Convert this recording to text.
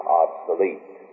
obsolete